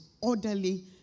orderly